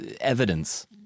evidence